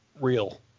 real